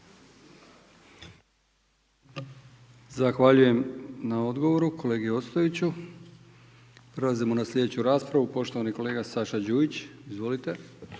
Zahvaljujem na odgovoru kolegi Ostojiću. Prelazimo na sljedeću raspravu. Poštovani kolega Saša Đujić. Izvolite.